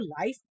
life